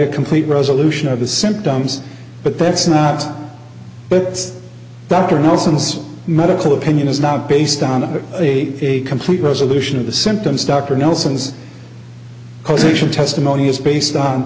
a complete resolution of the symptoms but that's not but dr nelson's medical opinion is not based on the complete resolution of the symptoms dr nelson is causation testimony is based on